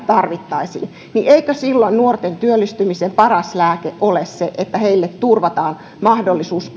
tarvittaisiin niin eikö silloin nuorten työllistymisen paras lääke ole se että heille turvataan mahdollisuus